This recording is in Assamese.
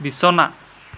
বিছনা